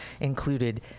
included